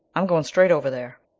i'm going straight over there,